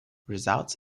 results